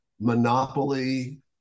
monopoly